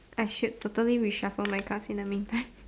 I should totally reshuffle my cards in the mean time